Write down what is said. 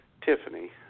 Tiffany